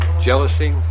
jealousy